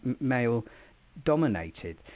male-dominated